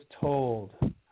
told